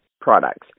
products